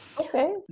Okay